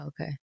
Okay